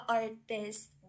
artists